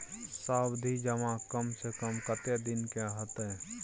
सावधि जमा कम से कम कत्ते दिन के हते?